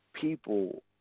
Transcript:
People